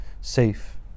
safe